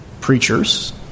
preachers